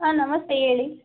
ಹಾಂ ನಮಸ್ತೆ ಹೇಳಿ